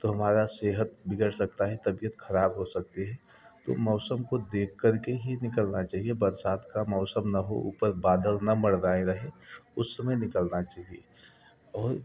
तो हमारा सेहत बिगड़ सकता है तबीयत खराब हो सकती है तो मौसम को देखकर के ही निकलना चाहिए बरसात का मौसम न हो ऊपर बादल न मंडरा रहे उस समय निकलना चाहिए और